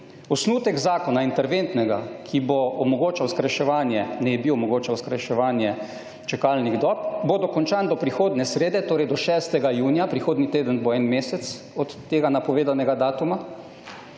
»Osnutek zakona, interventnega, ki bo omogočal skrajševanje, naj bi omogočal skrajševanje čakalnih dob, bo dokončan do prihodnje srede, torej do 6. junija,…« - prihodnji teden bo en mesec od tega napovedanega datuma,